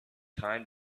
time